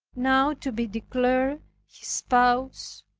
now to be declared his spouse!